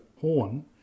horn